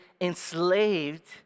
enslaved